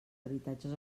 habitatges